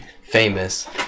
famous